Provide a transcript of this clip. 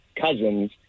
cousins